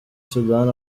sudan